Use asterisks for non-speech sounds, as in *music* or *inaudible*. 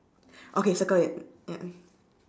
okay circle it *noise*